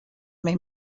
may